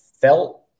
felt